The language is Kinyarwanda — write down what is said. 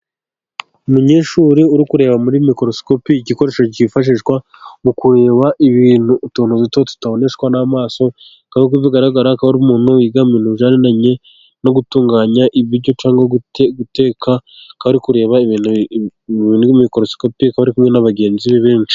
Umunyeshuri uri kureba muri mikorosikopi, igikoresho cyifashishwa mu kureba ibintu, utuntu duto tutaboneshwa n'amaso. Nk'uko bigaragara akaba umuntu wiga mu bintu bigendanye no gutunganya ibiryo cyangwa guteka, akaba ari kureba ibintu muri mikorosikopi ari kumwe na bagenzi be benshi.